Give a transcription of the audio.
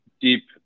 deep